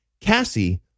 Cassie